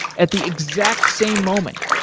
at the exact same moment,